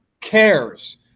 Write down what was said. cares